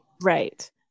Right